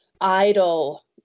idle